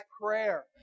prayer